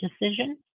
decision